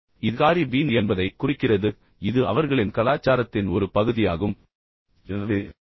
எனவே இது காரிபீன் என்பதைக் குறிக்கிறது இது அவர்களின் கலாச்சாரத்தின் ஒரு பகுதியாகும் மேலும் அவர்கள் அதை பெருமையுடன் சொந்தமாக்க முடியும்